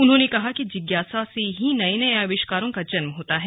उन्होंने कहा कि जिज्ञासा से ही नये नये आविष्कारों का जन्म होता है